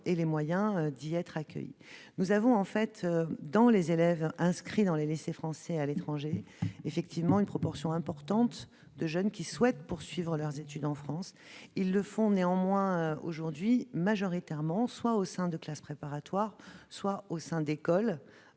aient les moyens d'y être accueillis. Parmi les élèves inscrits dans les lycées français à l'étranger, nous avons effectivement une proportion importante de jeunes qui souhaitent poursuivre leurs études en France. Ils le font néanmoins aujourd'hui majoritairement au sein de classes préparatoires ou d'écoles